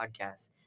podcast